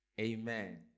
Amen